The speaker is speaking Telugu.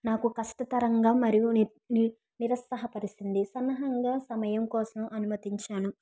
నాకు కష్టతరంగా మరియు నిర ని నిరస్తహపరిసింది సనహంగా సమయం కోసం అనుమతించాను